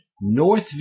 North